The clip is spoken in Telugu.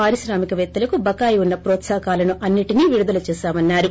పారిశ్రామికపేత్తలకు బకాయి ఉన్న ప్రోత్సాహకాలను అన్నింటిని విడుదల చేశామన్నారు